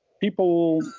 people